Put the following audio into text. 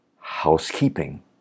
housekeeping